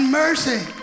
mercy